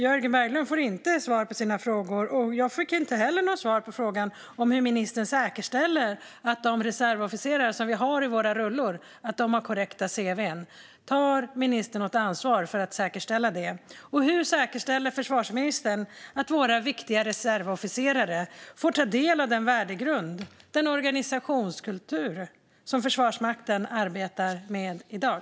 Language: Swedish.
Jörgen Berglund får inte svar på sina frågor, och jag fick inte heller något svar på frågan hur ministern säkerställer att de reservofficerare vi har i våra rullor har korrekta cv:n. Tar ministern något ansvar för att säkerställa det? Och hur säkerställer försvarsministern att våra viktiga reservofficerare får ta del av den värdegrund och den organisationskultur som Försvarsmakten arbetar med i dag?